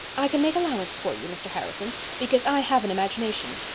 i can make allowance for you, mr. harrison, because i have an imagination.